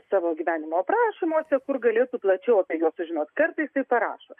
savo gyvenimo aprašymuose kur galėtų plačiau apie juos sužinot kartais taip parašo